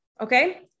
Okay